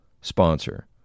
sponsor